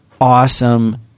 awesome